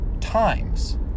times